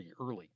early